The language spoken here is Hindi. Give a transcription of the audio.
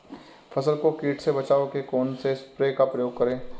फसल को कीट से बचाव के कौनसे स्प्रे का प्रयोग करें?